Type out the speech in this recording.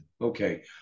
Okay